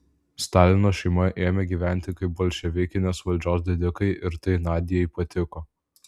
stalino šeima ėmė gyventi kaip bolševikinės valdžios didikai ir tai nadiai patiko